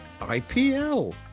IPL